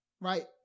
right